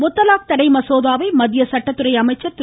முத்தலாக் தடை மசோதாவை மத்திய சட்டத்துறை அமைச்சர் திரு